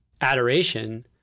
adoration